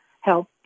help